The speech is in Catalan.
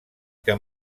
que